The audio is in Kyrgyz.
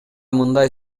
мындай